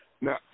Now